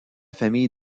famille